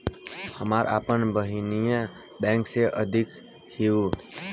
हमार आपन बहिनीई बैक में अधिकारी हिअ